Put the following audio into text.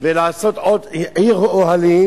ולעשות עוד עיר אוהלים,